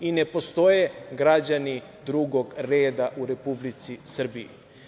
Ne postoje građani drugog reda u Republici Srbiji.